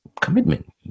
commitment